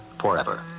forever